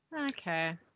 Okay